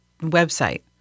website